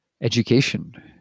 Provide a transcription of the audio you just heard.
Education